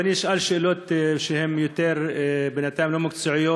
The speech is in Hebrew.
אבל אני אשאל שאלות שהן בינתיים לא מקצועיות,